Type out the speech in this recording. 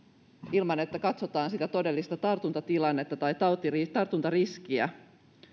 ilman että katsotaan sitä todellista tartuntatilannetta tai tartuntariskiä